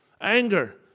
anger